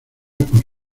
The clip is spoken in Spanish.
por